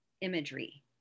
imagery